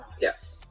yes